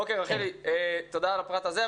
אוקי רחלי, תודה על הפרט הזה.